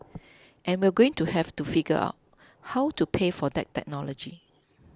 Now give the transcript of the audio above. and we're going to have to figure out how to pay for that technology